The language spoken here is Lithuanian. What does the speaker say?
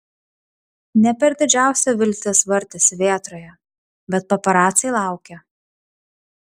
ne per didžiausia viltis vartėsi vėtroje bet paparaciai laukė